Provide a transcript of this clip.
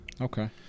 okay